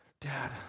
Dad